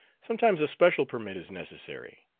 sometimes a special permit is necessary.